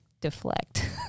deflect